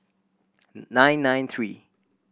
nine nine three